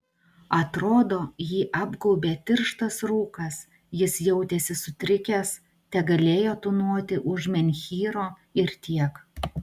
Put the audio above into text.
atrodo jį apgaubė tirštas rūkas jis jautėsi sutrikęs tegalėjo tūnoti už menhyro ir tiek